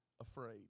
afraid